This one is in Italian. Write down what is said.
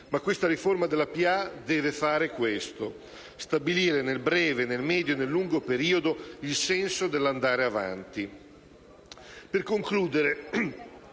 amministrazione deve fare questo: stabilire nel breve, nel medio e nel lungo periodo il senso dell'andare avanti. Per concludere